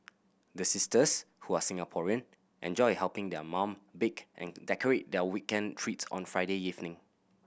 the sisters who are Singaporean enjoy helping their mum bake and decorate their weekend treats on Friday evening